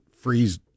freeze